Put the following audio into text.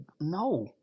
no